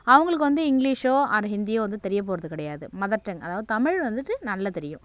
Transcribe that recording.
அவங்களுக்கு வந்து இங்கிலீஷோ ஆர் ஹிந்தியோ வந்து தெரியப் போகிறது கிடையாது மதர் டங் அதாவது தமிழ் வந்துட்டு நல்லா தெரியும்